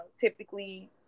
Typically